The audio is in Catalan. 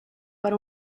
per